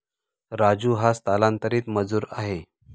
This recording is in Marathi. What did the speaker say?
राजू हा स्थलांतरित मजूर आहे